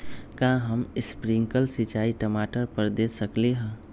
का हम स्प्रिंकल सिंचाई टमाटर पर दे सकली ह?